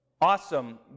awesome